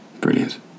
brilliant